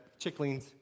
chicklings